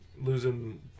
losing